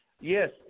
Yes